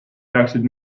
peaksid